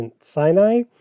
Sinai